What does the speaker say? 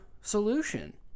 solution